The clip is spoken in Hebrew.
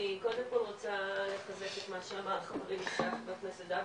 אני קודם כל רוצה לחזק את מה שאמר חברי חה"כ דוידסון,